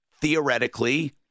theoretically